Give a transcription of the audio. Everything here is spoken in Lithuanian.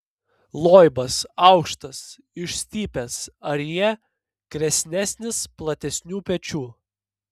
loibas aukštas išstypęs arjė kresnesnis platesnių pečių